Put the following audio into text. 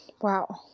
wow